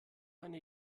eine